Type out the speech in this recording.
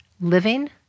living